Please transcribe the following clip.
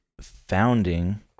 founding